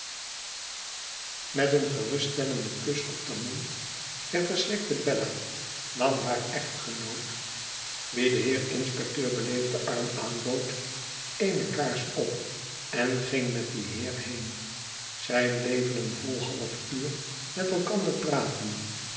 met een geruststellenden kus op den mond der verschrikte bella nam haar echtgenoot wien de heer inspecteur beleefd den arm aanbood eene kaars op en ging met dien heer heen zij bleven een vol half uur met elkander praten